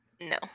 No